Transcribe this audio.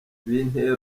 bintera